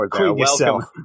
Welcome